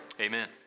Amen